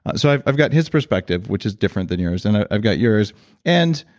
so i've i've got his perspective, which is different than yours. and i've got yours and,